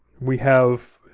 we have